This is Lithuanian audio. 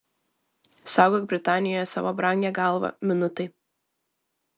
saugok britanijoje savo brangią galvą minutai